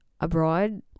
abroad